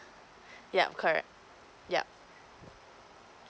yup correct yup